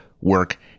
work